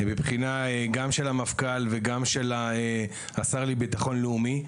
בבחינה גם של המפכ"ל וגם של השר לביטחון לאומי.